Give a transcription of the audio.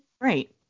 Right